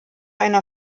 einer